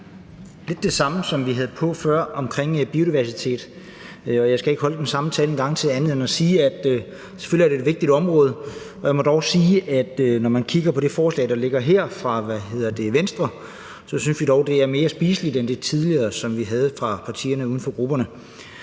lidt det samme, som vi havde på før, om biodiversitet, og jeg skal ikke holde den samme tale en gang til ud over at sige, at det selvfølgelig er et vigtigt område. Jeg må dog sige, at når man kigger på det forslag, der ligger her fra Venstre, synes vi, det er mere spiseligt end det tidligere, som vi havde, fra partierne uden for grupperne,